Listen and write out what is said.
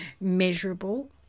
measurable